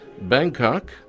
Bangkok